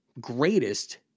greatest